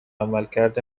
عملکرد